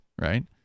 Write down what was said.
right